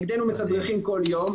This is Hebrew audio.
נגדנו מתדרכים כל יום,